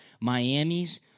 Miami's